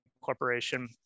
Corporation